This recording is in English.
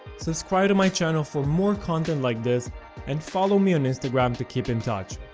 subscribe to my channel for more content like this and follow me on instagram to keep in touch.